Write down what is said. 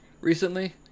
recently